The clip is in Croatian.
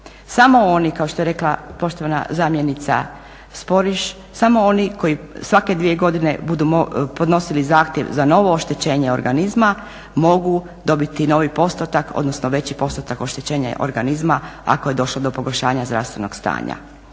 Samo oni kao što je rekla poštovana zamjenica Sporiš, samo oni koji svake dvije godine budu podnosili zahtjev za novo oštećenje organizma mogu dobiti novi postotak, odnosno veći postotak oštećenja organizma ako je došlo do pogoršanja zdravstvenog stanja.